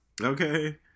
Okay